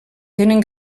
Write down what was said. tenen